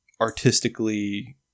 artistically